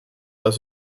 das